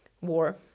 war